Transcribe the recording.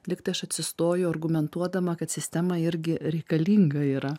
lygtai aš atsistoju argumentuodama kad sistema irgi reikalinga yra